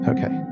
Okay